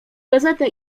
gazetę